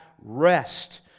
rest